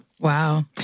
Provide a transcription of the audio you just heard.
Wow